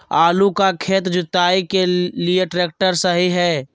आलू का खेत जुताई के लिए ट्रैक्टर सही है?